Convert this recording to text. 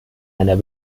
einer